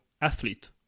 athlete